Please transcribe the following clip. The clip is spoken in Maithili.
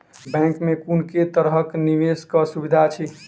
बैंक मे कुन केँ तरहक निवेश कऽ सुविधा अछि?